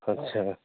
اچھا